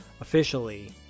officially